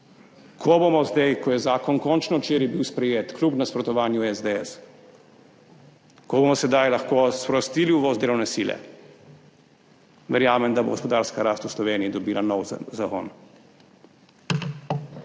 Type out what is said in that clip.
Ko bomo zdaj, ko je bil zakon končno včeraj sprejet, kljub nasprotovanju SDS, lahko sprostili uvoz delovne sile, verjamem, da bo gospodarska rast v Sloveniji dobila nov zagon.